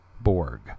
Borg